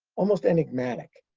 almost enigmatic.